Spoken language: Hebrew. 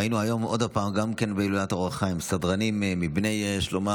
ראינו היום עוד פעם גם בהילולת אור החיים סדרנים מבני שלומם,